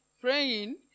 Praying